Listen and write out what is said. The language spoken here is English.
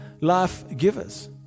life-givers